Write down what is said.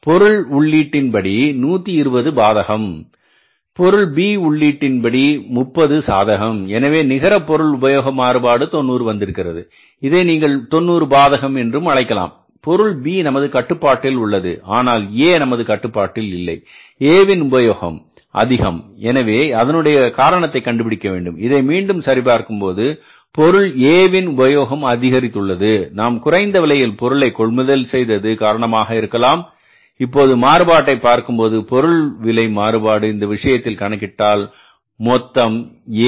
பொருள் உள்ளிட் இன் படி 120 பாதகம் பொருள் B உள்ளிட் இன் படி முப்பது சாதகம் எனவே நிகர பொருள் உபயோகம் மாறுபாடு 90 வந்திருக்கிறது இதை நீங்கள் 90 பாதகம் என்று அழைக்கலாம் பொருள் B நமது கட்டுப்பாட்டில் உள்ளது ஆனால் A நமது கட்டுப்பாட்டில் இல்லை A வின் உபயோகம் அதிகம் எனவே அதனுடைய காரணத்தை கண்டுபிடிக்க வேண்டும் இதை மீண்டும் சரி பார்க்கும் போது பொருள் A வின் உபயோகம் அதிகரித்துள்ளது நாம் குறைந்த விலையில் பொருளை கொள்முதல் செய்தது காரணமாக இருக்கலாம் இப்போது மாறுபாட்டை பார்க்கும்போது பொருள் விலை மாறுபாடு இந்த விஷயத்தில் கணக்கிட்டால் மொத்தம் A என்பது 198